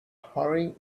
hurrying